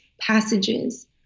passages